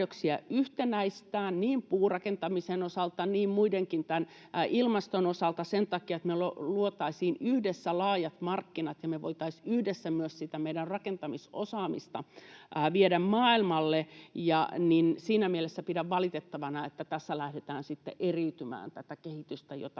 yhtenäistää puurakentamisen osalta, muidenkin ja ilmaston osalta sen takia, että me luotaisiin yhdessä laajat markkinat ja me voitaisiin yhdessä myös sitä meidän rakentamisosaamista viedä maailmalle, niin siinä mielessä pidän valitettavana, että tässä lähdetään sitten eriyttämään tätä kehitystä, jota